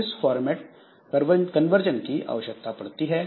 इसलिए हमें इस फॉर्मेट कन्वर्जन की आवश्यकता पड़ती है